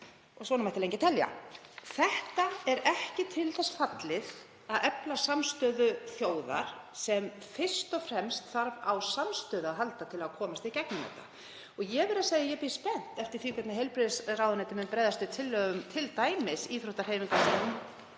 og þannig mætti lengi telja. Þetta er ekki til þess fallið að efla samstöðu þjóðar sem fyrst og fremst þarf á samstöðu að halda til að komast í gegnum þetta. Ég verð að segja að ég bíð spennt eftir því hvernig heilbrigðisráðuneytið mun bregðast við tillögum frá íþróttahreyfingum